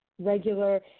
regular